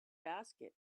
basket